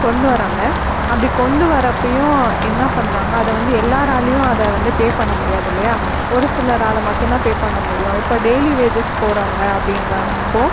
கொண்டு வராங்கள் அப்படி கொண்டு வர்கிறப்பையும் என்ன பண்ணுறாங்க அதை வந்து எல்லாராலேயும் அதை வந்து பே பண்ண முடியாது இல்லையா ஒரு சிலரால் மட்டும் தான் பே பண்ண முடியும் இப்போ டெய்லி வேஜஸ் போகிறவுங்க அப்படின்றாங்க அப்போது